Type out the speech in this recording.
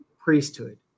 priesthood